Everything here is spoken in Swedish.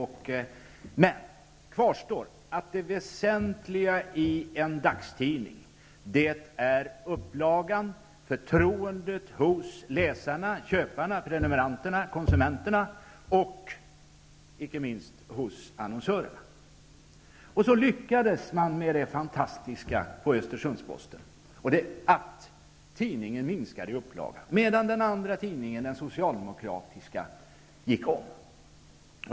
Det som kvarstår är att det väsentliga i en dagstidning är upplagan samt förtroendet hos läsarna, köparna, prenumeranterna, konsumenterna och icke minst annonsörerna. På Östersunds-Posten lyckades man med det fantastiska att tidningen minskade i upplaga, medan den andra tidningen, den socialdemokratiska, gick om.